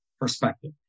perspective